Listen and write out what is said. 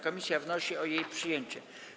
Komisja wnosi o jej przyjęcie.